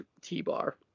T-Bar